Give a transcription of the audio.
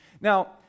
now